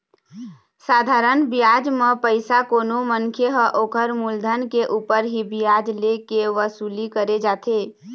साधारन बियाज म पइसा कोनो मनखे ह ओखर मुलधन के ऊपर ही बियाज ले के वसूली करे जाथे